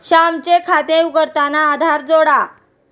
श्यामचे खाते उघडताना आधार जोडा